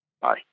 Bye